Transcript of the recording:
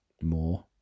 more